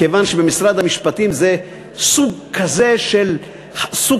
כיוון שבמשרד המשפטים סוג של חקיקה,